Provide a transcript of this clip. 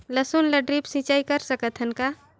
लसुन ल ड्रिप सिंचाई कर सकत हन का?